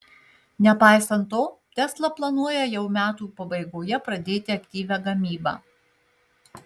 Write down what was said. nepaisant to tesla planuoja jau metų pabaigoje pradėti aktyvią gamybą